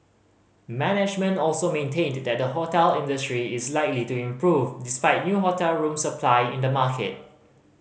management also maintained that the hotel industry is likely to improve despite new hotel room supply in the market